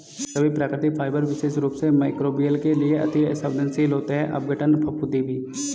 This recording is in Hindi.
सभी प्राकृतिक फाइबर विशेष रूप से मइक्रोबियल के लिए अति सवेंदनशील होते हैं अपघटन, फफूंदी भी